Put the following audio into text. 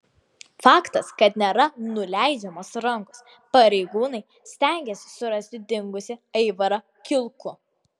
faktas kad nėra nuleidžiamos rankos pareigūnai stengiasi surasti dingusį aivarą kilkų